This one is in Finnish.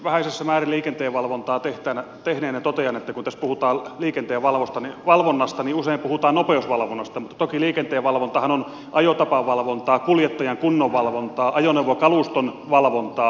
vähäisessä määrin liikenteenvalvontaa tehneenä totean että kun tässä puhutaan liikenteenvalvonnasta niin usein puhutaan nopeusvalvonnasta mutta toki liikenteenvalvontahan on ajotapavalvontaa kuljettajan kunnon valvontaa ajoneuvokaluston valvontaa